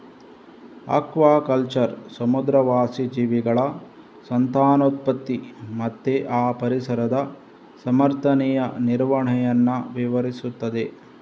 aquaculture ಸಮುದ್ರವಾಸಿ ಜೀವಿಗಳ ಸಂತಾನೋತ್ಪತ್ತಿ ಮತ್ತೆ ಆ ಪರಿಸರದ ಸಮರ್ಥನೀಯ ನಿರ್ವಹಣೆಯನ್ನ ವಿವರಿಸ್ತದೆ